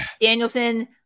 Danielson